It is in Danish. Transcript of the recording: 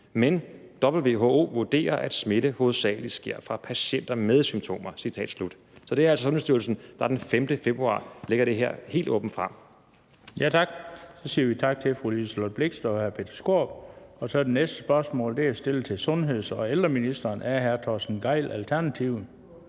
men WHO vurderer, at smitte hovedsageligt sker fra patienter med symptomer. Citat slut. Så det er altså Sundhedsstyrelsen, der den 5. februar lægger det her helt åbent frem. Kl. 14:30 Den fg. formand (Bent Bøgsted): Ja tak. Så siger vi tak til fru Liselott Blixt og hr. Peter Skaarup. Næste spørgsmål er stillet til sundheds- og ældreministeren af hr. Torsten Gejl, Alternativet